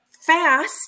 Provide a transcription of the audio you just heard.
fast